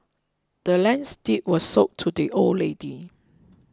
the land's deed was sold to the old lady